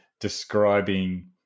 describing